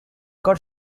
cut